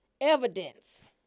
evidence